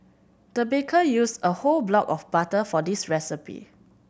the baker used a whole block of butter for this recipe